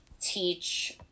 teach